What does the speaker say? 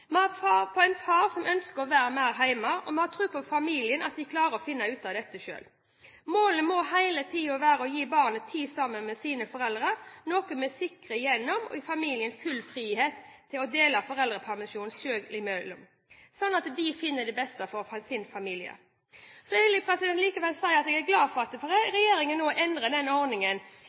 på en far som ønsker å være mer hjemme, og vi har tro på familien og at de klarer å finne ut av dette selv. Målet må hele tiden være å gi barnet tid sammen med sine foreldre, noe vi sikrer gjennom å gi familien full frihet til å dele foreldrepermisjonen seg imellom slik de finner det best for sin familie. Så vil jeg likevel si at jeg er glad for at regjeringen nå endrer ordningen